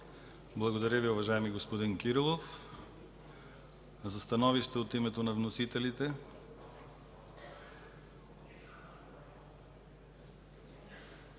Благодаря Ви, уважаеми господин Кирилов. Становище от името на вносителите?